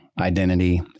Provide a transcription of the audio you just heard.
identity